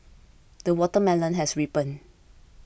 the watermelon has ripened